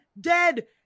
dead